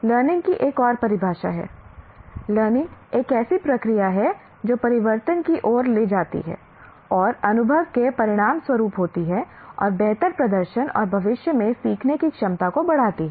learning की एक और परिभाषा है लर्निंग एक ऐसी प्रक्रिया है जो परिवर्तन की ओर ले जाती है जो अनुभव के परिणामस्वरूप होती है और बेहतर प्रदर्शन और भविष्य में सीखने की क्षमता को बढ़ाती है